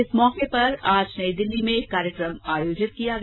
इस मौके पर आज नई दिल्ली में एक कार्यक्रम आयोजित किया गया